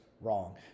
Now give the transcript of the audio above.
wrong